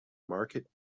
market